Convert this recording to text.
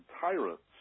tyrants